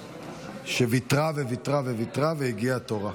שוויתרה וויתרה וויתרה והגיע תורה.